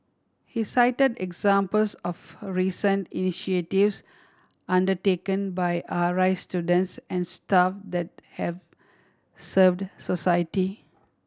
he cited examples of recent initiatives undertaken by R I students and staff that have served society